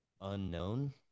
Unknown